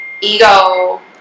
ego